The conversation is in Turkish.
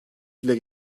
dile